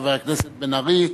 חבר הכנסת בן-ארי,